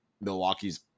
Milwaukee's